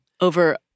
over